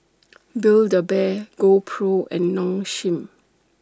Build A Bear GoPro and Nong Shim